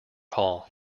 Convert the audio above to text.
hall